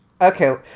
Okay